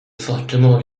fortement